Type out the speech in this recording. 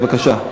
בבקשה.